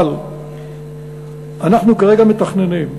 אבל אנחנו כרגע מתכננים,